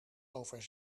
over